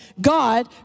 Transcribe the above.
God